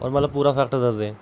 होर मतलब पूरा करैक्ट दसदे